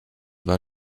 war